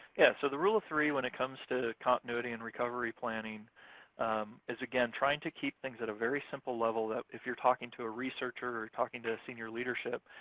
yeah, so the rule of three when it comes to continuity and recovery planning is, again, trying to keep things at a very simple level, that if you're talking to a researcher or you're talking to senior leadership,